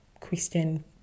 Christian